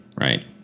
right